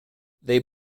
they